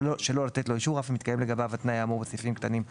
שלא לתת לו אישור אף אם מתקיים לגביו התנאי האמור בסעיפים קטנים (א)